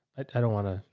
i don't want to,